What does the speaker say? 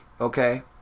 okay